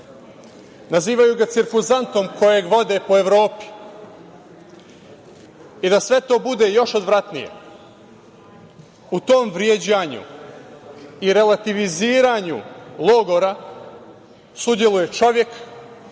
nazivaju ga cirkuzantom kojeg vode po Evropi i, da sve to bude još odvratnije, u tom vređanju i relativiziranju logora sudeluje čovek